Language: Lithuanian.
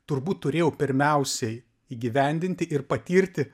turbūt turėjau pirmiausiai įgyvendinti ir patirti